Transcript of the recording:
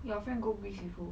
your friend go with with who